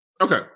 Okay